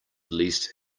least